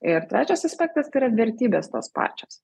ir trečias aspektas tai yra vertybės tos pačios